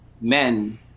men